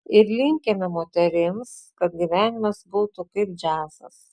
ir linkime moterims kad gyvenimas būtų kaip džiazas